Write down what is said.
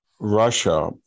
Russia